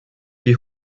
die